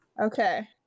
okay